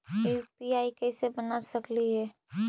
UPI कैसे बना सकली हे?